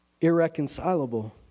irreconcilable